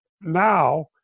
now